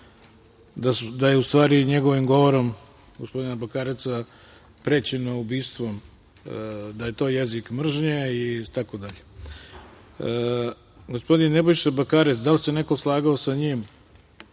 da je, u stvari, njegovim govorom, govorom gospodina Bakareca prećeno ubistvom, da je to jezik mržnje, itd. Gospodin Nebojša Bakarec, da li se neko slagao sa njim,